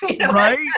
Right